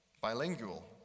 bilingual